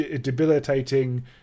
debilitating